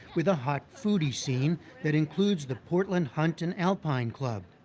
with a hot foodie scene that includes the portland hunt and alpine club.